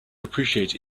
appreciate